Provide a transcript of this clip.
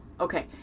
okay